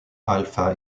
alpha